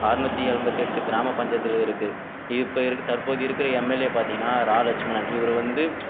அறநூற்றி எண்பத்தி எட்டு கிராம பஞ்சாயத்துகள் இருக்குது இப்போ இருக்க தற்போது இருக்கிற எம்எல்ஏ பார்த்தீங்கனா ரா லெட்சுமணன் இவர் வந்து